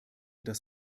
das